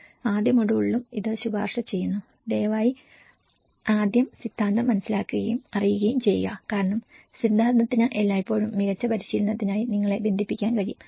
ആദ്യ മൊഡ്യൂളിലും ഇത് ശുപാർശ ചെയ്യുന്നു ദയവായി ആദ്യം സിദ്ധാന്തം മനസിലാക്കുകയും അറിയുകയും ചെയ്യുക കാരണം സിദ്ധാന്തത്തിന് എല്ലായ്പ്പോഴും മികച്ച പരിശീലനത്തിനായി നിങ്ങളെ ബന്ധിപ്പിക്കാൻ കഴിയും